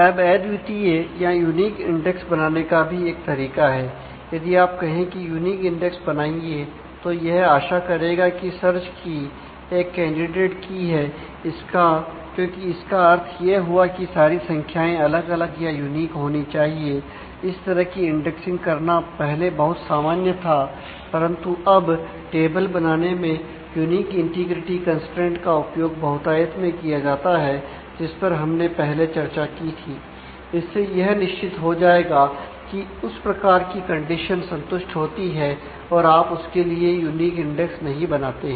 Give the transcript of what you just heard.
अब अद्वितीय या यूनिक इंडेक्स नहीं बनाते हैं